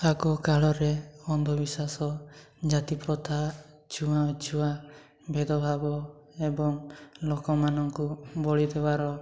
ଆଗକାଳରେ ଅନ୍ଧବିଶ୍ୱାସ ଜାତିପ୍ରଥା ଛୁଆଁଅଛୁଆଁ ଭେଦଭାବ ଏବଂ ଲୋକମାନଙ୍କୁ ବଳିଦେବାର